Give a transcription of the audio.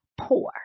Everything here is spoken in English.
poor